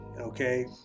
okay